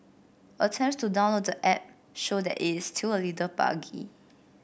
attempts to download the app show that it is still a little buggy